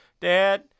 dad